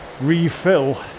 ...refill